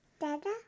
Dada